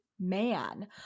man